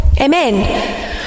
Amen